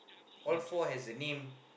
all four has a name